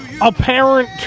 apparent